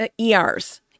ERs